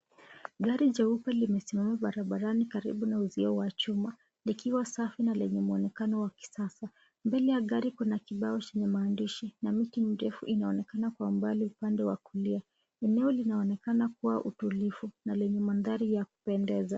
Gari jeupe limesimama barabarani karibu na uzio wa chuma likiwa safi na lenye muonekano wa kisasa. Mbele ya gari kuna kibao chenye maandishi na miti mirefu inaonekana kwa mbali upande wa kulia. Eneo linaonekana kuwa tulivu na lenye mandhari ya kupendeza.